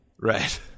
right